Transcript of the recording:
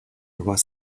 was